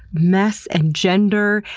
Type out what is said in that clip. mess and gender,